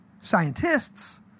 scientists